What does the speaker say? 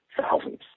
Thousands